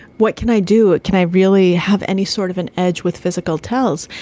what can i do? can i really have any sort of an edge with physical tells?